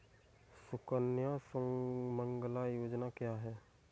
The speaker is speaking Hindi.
सुकन्या सुमंगला योजना क्या है?